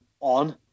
on